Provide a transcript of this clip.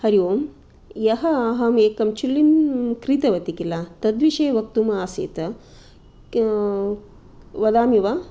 हरि ओम् ह्यः अहमेकं चुल्लीं क्रीतवती खिल तद्विषये वक्तव्यम् आसीत् वदामि वा